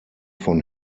von